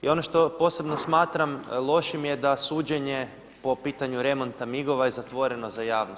I ono što posebno smatram lošim je da suđenje po pitanju remonta migova je zatvoreno za javnost.